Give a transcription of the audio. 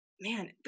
man